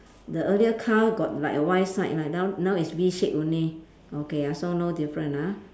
the earlier car got like a Y side like now now is V shape only okay ah so no different ah